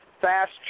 fast